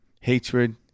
Hatred